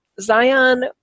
zion